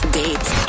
dates